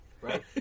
right